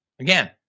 Again